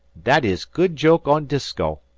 that is good joke on disko.